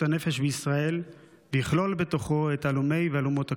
הנפש בישראל ויכלול בתוכו את הלומי והלומות הקרב.